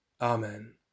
Amen